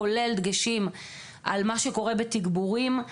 כולל דגשים על מה שקורה בתגבורים.